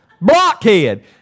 Blockhead